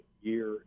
year